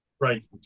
Right